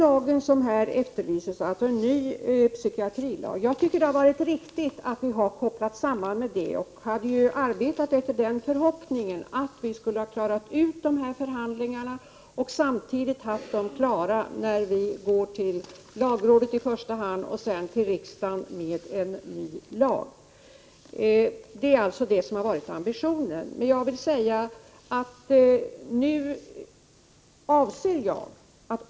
Jag tycker att det är viktigt att den nya psykiatrilagen, som här efterlyses, kopplats samman med förhandlingsarbetet. Förhoppningarna var att vi skulle kunna genomföra dessa förhandlingar och vara klara med dem när det blev dags att i första hand gå till lagrådet och därefter till riksdagen med förslag till ny lag. Detta har alltså varit vår ambition.